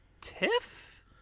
TIFF